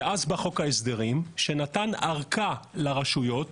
ואז בא חוק ההסדרים שנתן ארכה לרשויות